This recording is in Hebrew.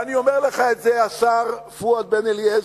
ואני אומר לך את זה, השר פואד בן-אליעזר,